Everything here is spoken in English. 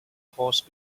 horse